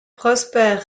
prosper